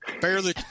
barely